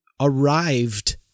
arrived